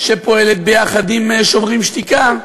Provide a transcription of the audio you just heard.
שפועלת ביחד עם "שוברים שתיקה",